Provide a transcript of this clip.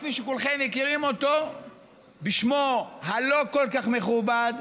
כפי שכולכם מכירים אותו בשמו הלא-כל-כך מכובד,